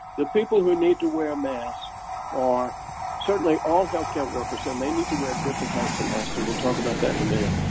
the people who need to wear masks are certainly all healthcare workers and they need to wear different types of masks and we'll talk about that in a minute.